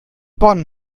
bonn